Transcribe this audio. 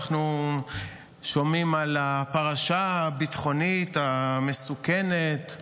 אנחנו שומעים על הפרשה הביטחונית המסוכנת,